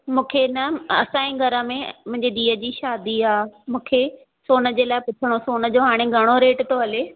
मूंखे न असांजे घर में मुंहिंजी धीअ जी शादी आहे मूंखे सोनू जे लाइ पुछ्णो सोनू जो हाणे घणो रेट थो हले